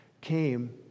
came